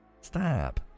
stop